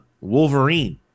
Wolverine